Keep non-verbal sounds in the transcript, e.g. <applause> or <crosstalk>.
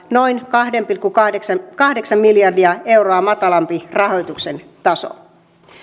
<unintelligible> noin kaksi pilkku kahdeksan kahdeksan miljardia euroa matalampi rahoituksen taso